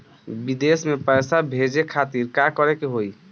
विदेश मे पैसा भेजे खातिर का करे के होयी?